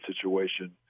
situation